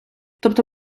тобто